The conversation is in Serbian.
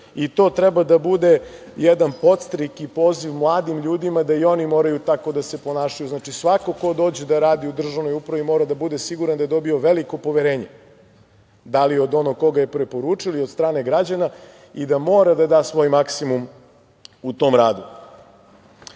treba da bude jedan podstrek i poziv mladim ljudima da i oni moraju tako da se ponašaju. Znači, svako ko dođe da radi u državnu upravu mora da bude siguran da je dobio veliko poverenje. Da li od onoga ko ga je preporučio ili od strane građana i da mora da da svoj maksimum u tom radu. Dobar